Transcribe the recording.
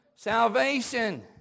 Salvation